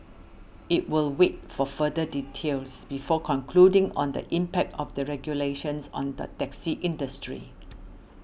it will wait for further details before concluding on the impact of the regulations on the taxi industry